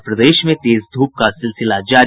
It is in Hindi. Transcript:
और प्रदेश में तेज धूप का सिलसिला जारी